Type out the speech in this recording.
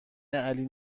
علی